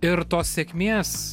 ir tos sėkmės